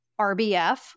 RBF